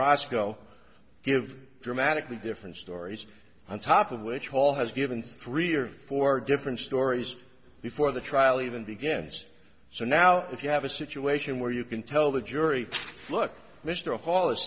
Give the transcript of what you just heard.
rosco give dramatically different stories on top of which all has given three or four different stories before the trial even begins so now you have a situation where you can tell the jury look mr hall is